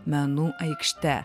menų aikšte